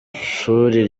shuri